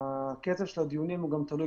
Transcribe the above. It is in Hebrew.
קצב הדיונים תלוי,